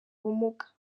ubumuga